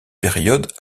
période